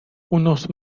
unos